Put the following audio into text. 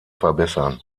verbessern